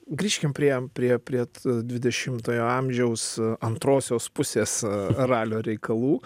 grįžkim prie prie prie dvidešimojo amžiaus antrosios pusės ralio reikalų